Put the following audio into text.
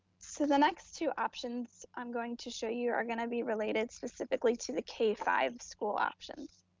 so the next two options i'm going to show you are gonna be related specifically to the k five school options.